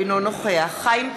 אינו נוכח חיים כץ,